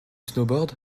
snowboard